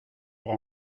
pour